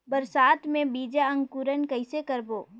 बरसात मे बीजा अंकुरण कइसे करबो?